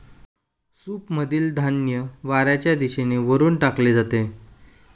सूपमधील धान्य वाऱ्याच्या दिशेने वरून टाकले जाते